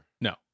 No